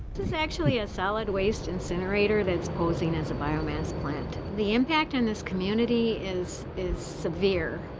it's actually a solid waste incinerator that's posing as a biomass plant. the impact in this community is is severe.